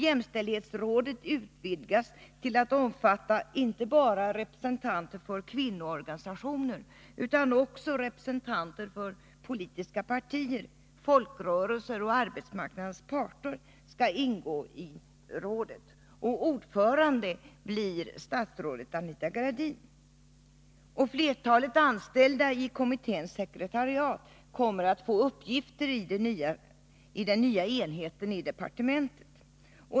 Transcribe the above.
Jämställdhetsrådet utvidgas till att omfatta inte bara representanter för kvinnoorganisationer, utan även representanter för politiska partier, folkrörelser och arbetsmarknadens parter skall ingå i rådet. Ordförande blir statsrådet Anita Gradin. Flertalet anställda i kommitténs sekretariat kommer att få uppgifter i den nya enheten i departementet.